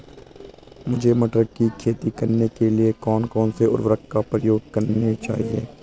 मुझे मटर की खेती करने के लिए कौन कौन से उर्वरक का प्रयोग करने चाहिए?